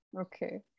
okay